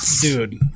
Dude